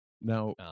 now